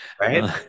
Right